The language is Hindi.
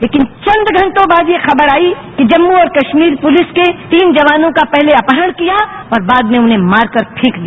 लेकिन चंद घंटो बाद यह खबर आई कि जम्मू और कश्मीर पुलिस के तीन जवानों का पहले अपहरण किया और बाद में उन्हें मारकर फेंक दिया